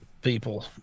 people